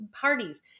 parties